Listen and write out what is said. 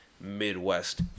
Midwest